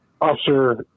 Officer